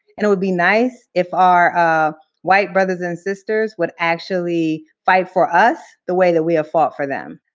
and it would be nice if our ah white brothers and sisters would actually fight for us the way that we have fought for them.